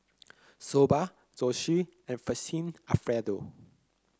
Soba Zosui and Fettuccine Alfredo